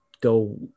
go